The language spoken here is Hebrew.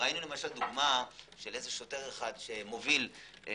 ראניו דוגמה של שני שוטרים שמובילים